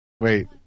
Wait